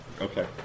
Okay